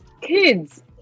kids